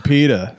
Peta